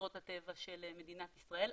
מאוצרות הטבע של מדינת ישראל.